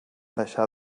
deixar